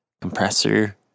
compressor